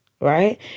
right